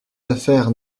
affaires